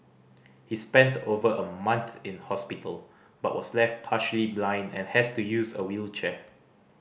he spent over a month in hospital but was left partially blind and has to use a wheelchair